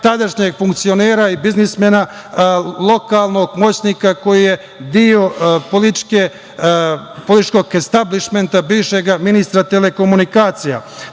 tadašnjeg funkcionera i biznismena, lokalnog moćnika koji je deo političkog establišmenta bivšeg ministra telekomunikacija. Godine